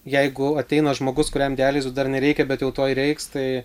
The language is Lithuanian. jeigu ateina žmogus kuriam dializių dar nereikia bet jau tuoj reiks tai